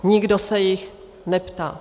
Nikdo se jich neptá.